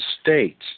states